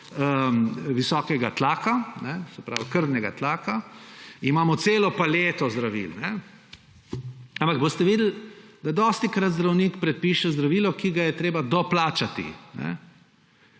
visokega tlaka, se pravi krvnega tlaka. Imamo celo paleto zdravil, ampak boste videli, da dostikrat zdravnik predpiše zdravilo, ki ga je treba doplačati.